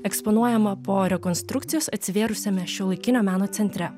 eksponuojama po rekonstrukcijos atsivėrusiame šiuolaikinio meno centre